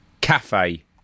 Cafe